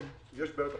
יש בעיות אחרות.